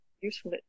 useful